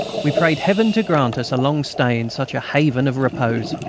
we prayed heaven to grant us a long stay in such a haven of repose.